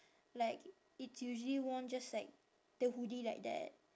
like it's usually worn just like the hoodie like that